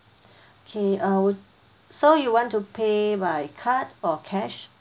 okay uh would so you want to pay by card or cash